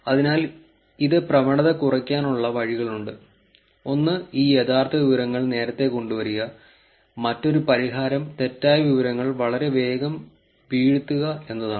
അതിനാൽ ഇത് പ്രവണത കുറയ്ക്കാനുള്ള വഴികളുണ്ട് ഒന്ന് ഈ യഥാർത്ഥ വിവരങ്ങൾ നേരത്തേ കൊണ്ടുവരിക മറ്റൊരു പരിഹാരം തെറ്റായ വിവരങ്ങൾ വളരെ വേഗം വീഴ്ത്തുക എന്നതാണ്